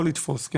יכול לתפוס.